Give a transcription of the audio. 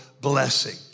blessing